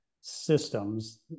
systems